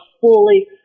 fully